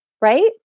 right